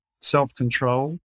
self-control